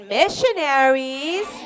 missionaries